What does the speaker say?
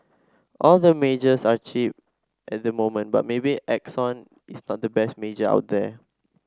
all the majors are cheap at the moment but maybe Exxon is not the best major out there